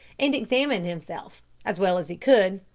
and examined himself, as well as he could,